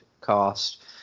cost